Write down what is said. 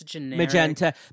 magenta